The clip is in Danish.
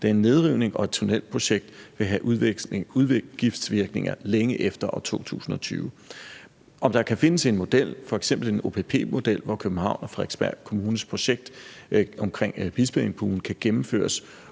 da en nedrivning og et tunnelprojekt vil have udgiftsvirkninger længe efter år 2020. Om der kan findes en model, f.eks. en OPP-model, hvor Københavns og Frederiksberg Kommuners projekt om Bispeengbuen kan gennemføres,